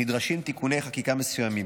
נדרשים תיקוני חקיקה מסוימים.